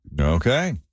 Okay